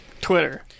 Twitter